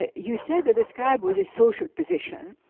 ah you said that the scribe was a social position,